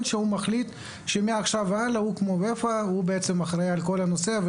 שמחליט שמעכשיו והלאה הוא כמו ;UEFA הוא אחראי על כל הנושא,